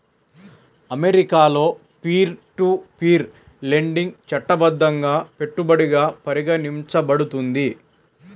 అమెరికాలో peer to peer lending చట్టబద్ధంగా పెట్టుబడిగా పరిగణించబడుతుంది